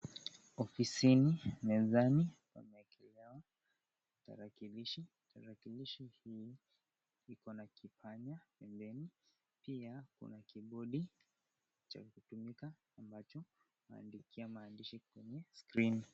Ofisini, mezani pameekelewa tarakilishi. Tarakilishi hii ikona kipanya pembeni pia kuna kibodi, cha kutumika ambacho huandikia maandishi kwenye skrini.